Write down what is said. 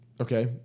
Okay